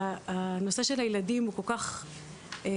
הנושא של הילדים הוא כל כך לצערנו,